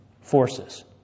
forces